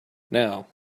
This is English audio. now